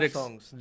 songs